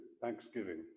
thanksgiving